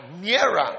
nearer